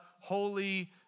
Holy